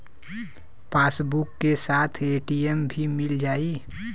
Passbook के साथ ATM भी मील जाई?